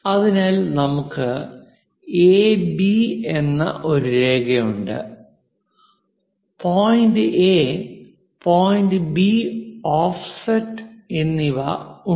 അതിനാൽ നമുക്ക് എബി എന്ന ഒരു രേഖയുണ്ട് point A point B offset എന്നിവ ഉണ്ട്